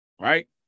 right